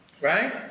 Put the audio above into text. right